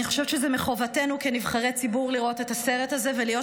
אני חושבת שמחובתנו כנבחרי ציבור לראות את הסרט הזה ולהיות